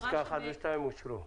תקנות 1 ו-2 אושרו.